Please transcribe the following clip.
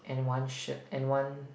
and one shirt and one